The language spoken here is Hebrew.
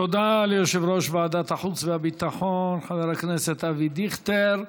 תודה ליושב-ראש ועדת החוץ והביטחון חבר הכנסת אבי דיכטר.